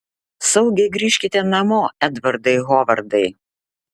saugiai grįžkite namo edvardai hovardai